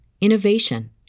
innovation